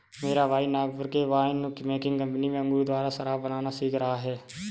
मेरा भाई नागपुर के वाइन मेकिंग कंपनी में अंगूर द्वारा शराब बनाना सीख रहा है